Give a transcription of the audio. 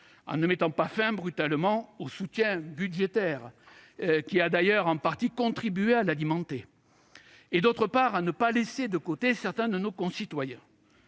en ne mettant pas fin brutalement au soutien budgétaire, qui a d'ailleurs en partie contribué à l'alimenter, et, d'autre part, à ne pas laisser de côté certains de nos concitoyens.